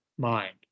Mind